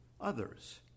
others